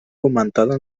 comentada